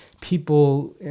people